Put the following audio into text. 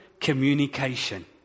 communication